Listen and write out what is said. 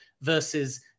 versus